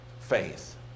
faith